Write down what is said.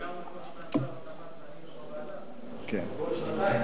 בעוד שנתיים.